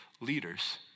leaders